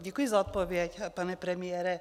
Děkuji za odpověď, pane premiére.